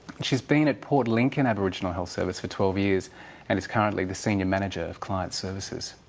she's been at port lincoln aboriginal health service for twelve years and is currently the senior manager of client services.